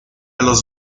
los